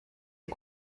est